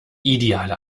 ideale